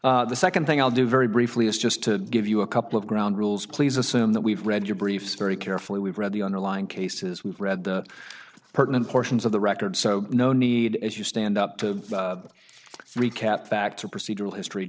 the second thing i'll do very briefly is just to give you a couple of ground rules please assume that we've read your briefs very carefully we've read the underlying cases we've read the pertinent portions of the record so no need as you stand up to recap fact or procedural history